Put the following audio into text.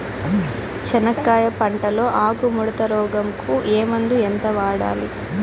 చెనక్కాయ పంట లో ఆకు ముడత రోగం కు ఏ మందు ఎంత వాడాలి?